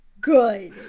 Good